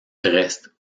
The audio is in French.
restent